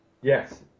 Yes